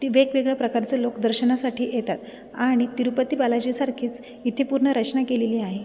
ती वेगवेगळ्या प्रकारचे लोक दर्शनासाठी येतात आणि तिरुपती बालाजीसारखीच इथे पूर्ण रचना केलेली आहे